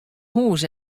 hûs